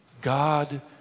God